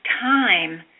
time